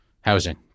housing